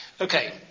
Okay